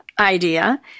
Idea